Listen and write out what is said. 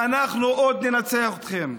ואנחנו עוד ננצח אתכם.